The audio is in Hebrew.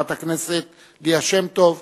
חברת הכנסת ליה שמטוב.